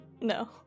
no